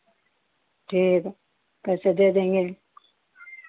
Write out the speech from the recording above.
ठीक है पैसे दे देंगे